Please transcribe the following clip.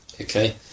Okay